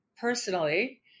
personally